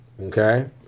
okay